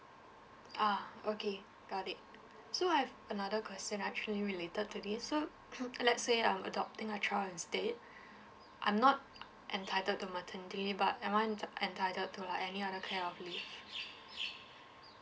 ah okay got it so I have another question actually related to this so uh let's say I'm adopting a child instead I'm not entitled to maternity leave but am I ent~ entitled to any other kind of leave